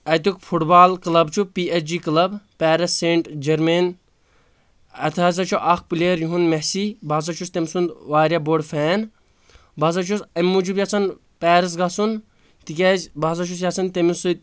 اتیُک football club چھُ P H G club Paris saint Germain اتہِ ہسا چھُ اکھ پٕلیر یِہُنٛد میٛسی بہ ہدسا چھُس تٔمۍ سُنٛد واریاہ بوٚڑ فین بہ ہسا چھُ امہِ موٗجوٗب یژھان پیرس گژھُن تِکیازِ بہ سا چھُس یژھان تٔمِس سۭتۍ